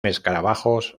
escarabajos